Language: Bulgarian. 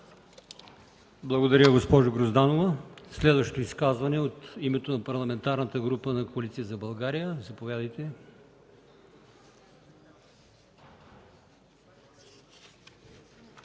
Благодаря, госпожо Грозданова. Следващото изказване е от името на Парламентарната група на Коалиция за България. Заповядайте,